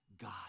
God